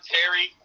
Terry